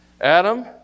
Adam